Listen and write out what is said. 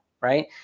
right